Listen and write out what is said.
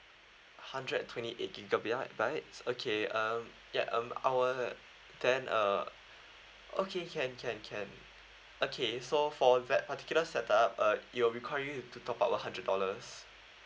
hundred twenty eight gigaby~ bytes okay um ya um our then uh okay can can can okay so for that particular set up uh it will require you to top up a hundred dollars